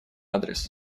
адрес